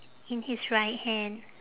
in his right hand